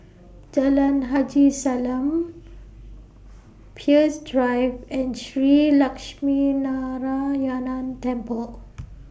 Jalan Haji Salam Peirce Drive and Shree Lakshminarayanan Temple